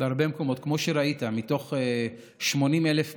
בהרבה מקומות, כמו שראית, מתוך 80,000 מבנים,